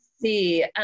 see